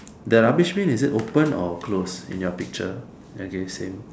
the rubbish bin is it open or closed in your picture okay same